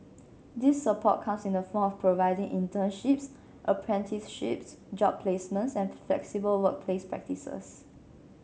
this support comes in the form of providing internships apprenticeships job placements and flexible workplace practices